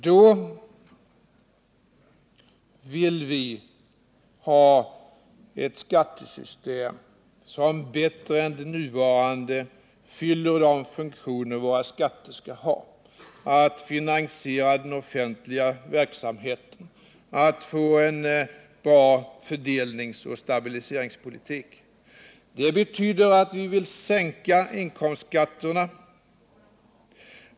Vi vill ha ett skattesystem som bättre än det nuvarande fyller de funktioner våra skatter skall ha: att finansiera den offentliga verksamheten och att medverka i en bra fördelningsoch stabiliseringspolitik. Det betyder att vi vill sänka inkomstskatterna.